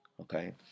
Okay